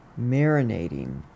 marinating